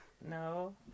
No